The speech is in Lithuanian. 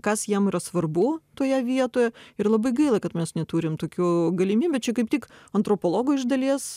kas jam yra svarbu toje vietoje ir labai gaila kad mes neturim tokių galimybių čia kaip tik antropologų iš dalies